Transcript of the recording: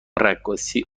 رقاصی